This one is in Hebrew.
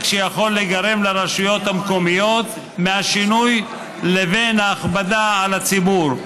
שיכול להיגרם לרשויות המקומיות מהשינוי ובין ההכבדה על הציבור,